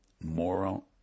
moral